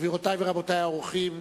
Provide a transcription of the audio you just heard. גבירותי ורבותי האורחים,